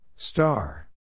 Star